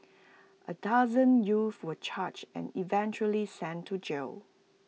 A dozen youth were charged and eventually sent to jail